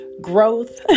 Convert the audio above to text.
growth